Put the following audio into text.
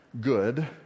good